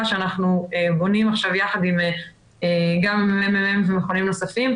שאנחנו בונים עכשיו יחד גם עם הממ"מ ומכונים נוספים,